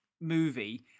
movie